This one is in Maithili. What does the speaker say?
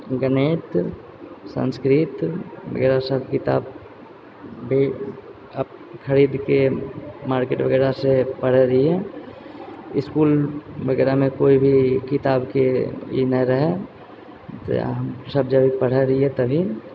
गणित संस्कृत वगैरह सब किताब भी खरीदके मार्केट वगैरहसँ पढ़ै रहियै इसकुल वगैरहमे कोइ भी किताबके ई नहि रहै हम सब जगह पढ़ैत रहियै तब भी